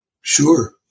Sure